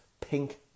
pink